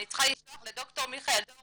אני צריכה לשלוח לד"ר מיכאל דור